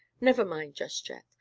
never mind, just yet.